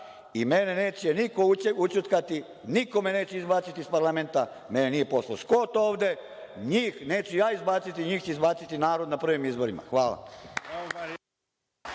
Mene neće niko ućutkati, niko me neće izbaciti iz parlamenta. Mene nije poslao Skot ovde. NJih neću ja izbaciti, njih će izbaciti narod na prvim izborima. Hvala.